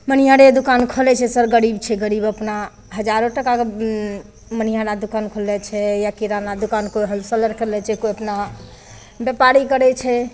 मनिहारे दोकान खोलै छै सब गरीब छै गरीब अपना हजारो टकाके मनिहारा दोकान खोलने छै या किराना दोकान कोइ हॉलसेलरके लै छै कोइ अपना व्यापारी करै छै